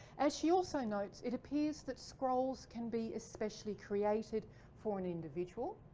as she also notes, it appears that scrolls can be especially created for an individual.